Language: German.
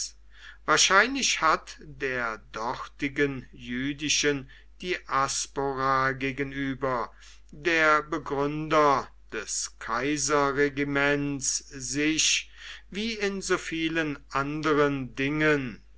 wahrscheinlich hat der dortigen jüdischen diaspora gegenüber der begründer des kaiserregiments sich wie in so vielen anderen dingen